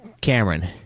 Cameron